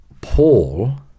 paul